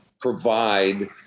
provide